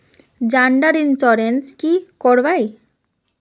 जान डार इंश्योरेंस की करवा ई?